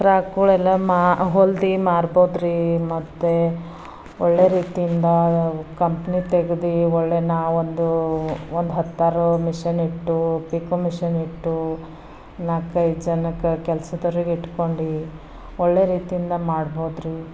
ಫ್ರಾಕ್ಗಳೆಲ್ಲ ಮಾ ಹೊಲ್ದು ಮಾರ್ಬೋದ್ರಿ ಮತ್ತು ಒಳ್ಳೆಯ ರೀತಿಯಿಂದ ಕಂಪ್ನಿ ತೆಗ್ದು ಒಳ್ಳೆಯ ನಾವೊಂದು ಒಂದು ಹತ್ತಾರು ಮಿಷನ್ ಇಟ್ಟು ಪಿಕೊ ಮಿಷನ್ ಇಟ್ಟು ನಾಲ್ಕೈದು ಜನಕ್ಕೆ ಕೆಲ್ಸದವ್ರನ್ನು ಇಟ್ಕೊಂಡು ಒಳ್ಳೆಯ ರೀತಿಯಿಂದ ಮಾಡ್ಬೋದ್ರಿ